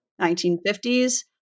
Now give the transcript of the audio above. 1950s